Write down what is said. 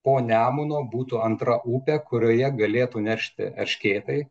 po nemuno būtų antra upė kurioje galėtų neršti erškėtai